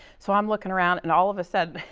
so, i'm looking around, and all of a sudden,